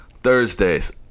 Thursdays